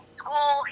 school